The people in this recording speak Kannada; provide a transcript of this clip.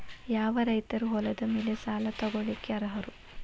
ಯಾವ ರೈತರು ಹೊಲದ ಮೇಲೆ ಸಾಲ ತಗೊಳ್ಳೋಕೆ ಅರ್ಹರು?